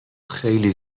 خیلی